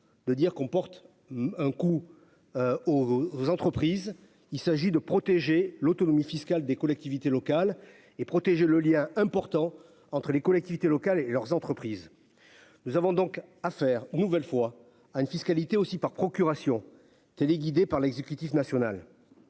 de dire qu'on porte un coup au aux entreprises, il s'agit de protéger l'autonomie fiscale des collectivités locales et protéger le lien important entre les collectivités locales et leurs entreprises, nous avons donc à faire une nouvelle fois à une fiscalité aussi par procuration téléguidé par l'exécutif national